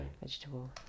vegetable